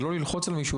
זה לא ללחוץ על מישהו,